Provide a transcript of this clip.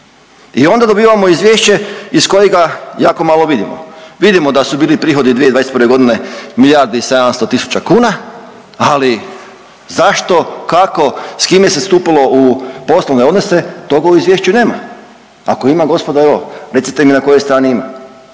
i onda dobivamo izvješće iz kojega jako malo vidimo. Vidimo da su bili prihodi 2021. g. milijardu i 700 tisuća kuna, ali zašto, kako, s kime se stupilo u poslovne odnose, toga u izvješću nema. Ako ima, gospodo, evo, recite mi na kojoj strani ima.